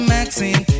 Maxine